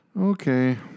Okay